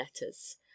letters